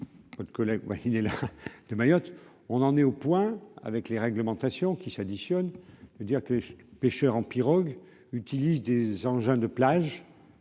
autre collègue oui il est là de Mayotte, on en est au point, avec les réglementations qui s'additionnent, je veux dire que suis pêcheur en pirogue utilise des engins de plage,